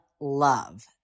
love